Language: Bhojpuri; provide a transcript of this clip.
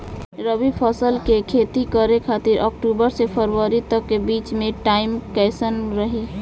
रबी फसल के खेती करे खातिर अक्तूबर से फरवरी तक के बीच मे टाइम कैसन रही?